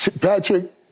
Patrick